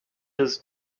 his